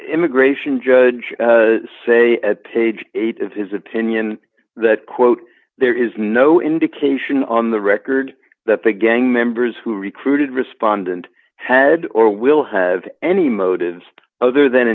immigration judge say at page eight of his opinion that quote there is no indication on the record that the gang members who recruited respondent had or will have any motives other than